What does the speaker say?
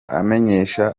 amenyesha